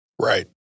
Right